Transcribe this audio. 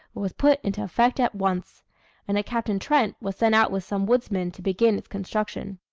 was put into effect at once and a captain trent was sent out with some woodsmen to begin its construction.